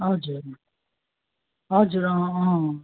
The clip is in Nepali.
हजुर हजुर अँ अँ